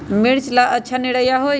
मिर्च ला अच्छा निरैया होई?